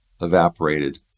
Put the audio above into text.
evaporated